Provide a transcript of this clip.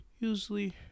usually